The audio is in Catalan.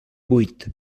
vuit